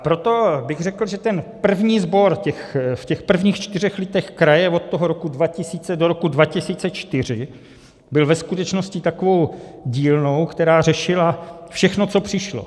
Proto bych řekl, že ten první sbor v prvních čtyřech letech kraje od roku 2000 do roku 2004 byl ve skutečnosti takovou dílnou, která řešila všechno, co přišlo.